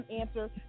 answer